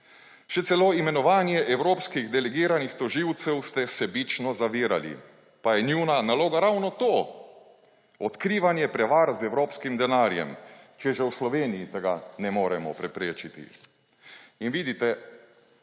Še celo imenovanje evropskih delegiranih tožilcev ste sebično zavirali, pa je njuna naloga ravno to, odkrivanje prevar z evropskimi denarjem, če že v Sloveniji tega ne moremo preprečiti.